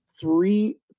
three